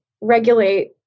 regulate